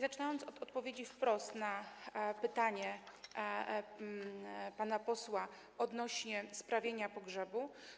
Zacznę od odpowiedzi wprost na pytanie pana posła odnośnie do sprawienia pogrzebu.